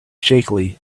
shakily